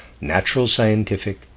natural-scientific